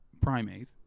primate